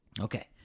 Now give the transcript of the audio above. Okay